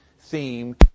theme